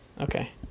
Okay